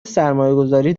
سرمایهگذاری